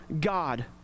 God